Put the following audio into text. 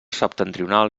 septentrional